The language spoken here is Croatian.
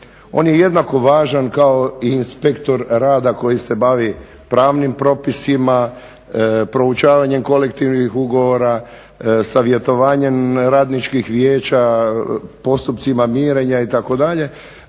On je jednako važan kao i inspektor rada koji se bavi pravnim propisima, proučavanjem kolektivnih ugovora, savjetovanjem radničkih vijeća, postupcima mirenja itd.